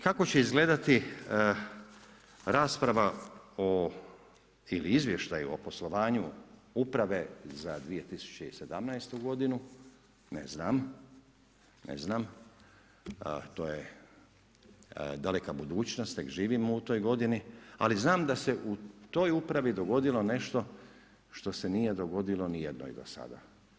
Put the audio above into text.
Kako će izgledati rasprava o, ili izvještaju o poslovanju uprave za 2017.g. ne znam, ne znam, to je daleka budućnost, tek živimo u toj godini, ali znam da se u toj upravi dogodilo nešto što se nije dogodilo ni jednoj dosada.